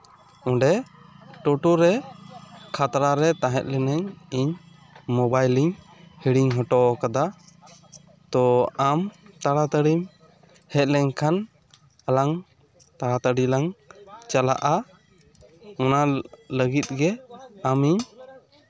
ᱚᱸᱰᱮ ᱴᱳᱴᱳ ᱨᱮ ᱠᱷᱟᱛᱲᱟ ᱨᱮ ᱛᱟᱦᱮᱸ ᱞᱤᱱᱟᱹᱧ ᱤᱧ ᱢᱳᱵᱟᱭᱤᱞ ᱤᱧ ᱦᱤᱲᱤᱧ ᱦᱚᱴᱚᱣ ᱠᱟᱫᱟ ᱛᱚ ᱟᱢ ᱛᱟᱲᱟᱛᱟᱹᱲᱤᱢ ᱦᱮᱡ ᱞᱮᱱᱠᱷᱟᱱ ᱟᱞᱟᱝ ᱛᱟᱲᱟᱛᱟᱹᱲᱤ ᱞᱟᱝ ᱪᱟᱞᱟᱜᱼᱟ ᱱᱚᱣᱟ ᱞᱟᱹᱜᱤᱫ ᱜᱮ ᱟᱹᱢᱤᱧ